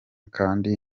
kandi